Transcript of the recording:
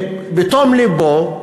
בתום לבו,